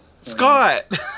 Scott